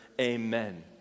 amen